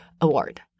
Award